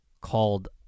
called